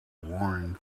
warren